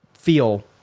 feel